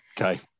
Okay